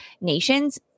nations